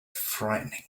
frightening